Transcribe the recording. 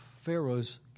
Pharaoh's